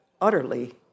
utterly